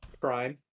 Prime